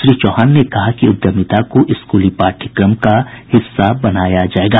श्री चौहान ने कहा कि उद्यमिता को स्कूली पाठयक्रम का हिस्सा बनाया जायेगा